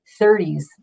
30s